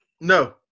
No